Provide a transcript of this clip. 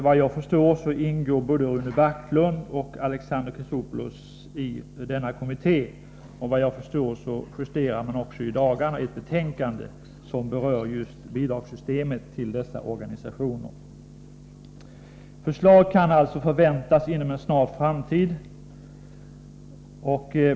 Vad jag förstår ingår både Rune Backlund och Alexander Chrisopoulos i denna kommitté, och såvitt jag vet justerar man i dagarna ett betänkande som berör just systemet för bidrag till dessa organisationer. Förslag kan alltså förväntas inom en snar framtid enligt uppgift som jag har inhämtat.